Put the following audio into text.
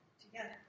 together